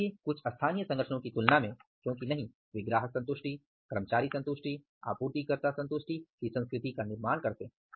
इसलिए कुछ स्थानीय संगठनों की तुलना में क्योंकि नहीं वे ग्राहक संतुष्टि कर्मचारी संतुष्टि आपूर्तिकर्ता संतुष्टि की संस्कृति का निर्माण करते हैं